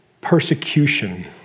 persecution